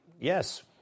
Yes